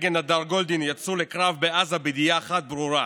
וסגן הדר גולדין יצאו לקרב בעזה בידיעה אחת ברורה,